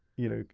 you know,